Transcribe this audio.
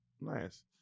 nice